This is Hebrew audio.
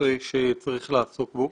ונושא שצריך לעסוק בו.